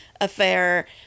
affair